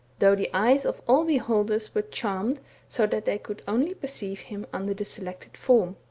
though the eyes of all beholders were charmed so that they could only perceive him under the selected form.